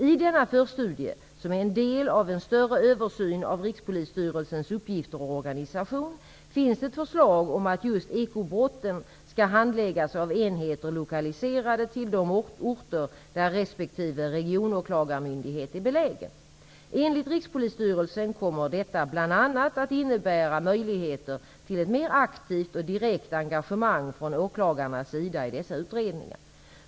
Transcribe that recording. I denna förstudie, som är en del av en större översyn av Rikspolisstyrelsens uppgifter och organisation, finns ett förslag om att just ekobrotten skall handläggas av enheter lokaliserade till de orter där resp. regionåklagarmyndighet är belägen. Enligt Rikspolisstyrelsen kommer detta bl.a. att innebära möjligheter till ett mer aktivt och direkt engagemang från åklagarnas sida i dessa utredningar.